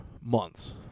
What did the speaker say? months